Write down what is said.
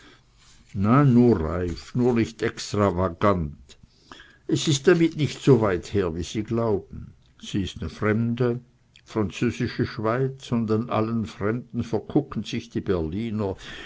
nur nicht extravagant es ist damit nicht soweit her wie sie glauben sie ist ne fremde französische schweiz und an allem fremden